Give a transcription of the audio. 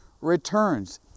returns